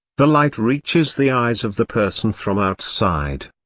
the light reaches the eyes of the person from outside.